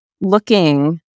looking